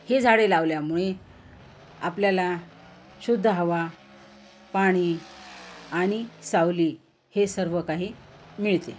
हे झाडे लावल्यामुळे आपल्याला शुद्ध हवा पाणी आणि सावली हे सर्व काही मिळते